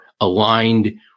aligned